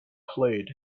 played